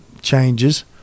changes